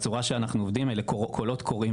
הצורה שאנחנו עובדים אלה קולות קוראים